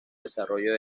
desarrollo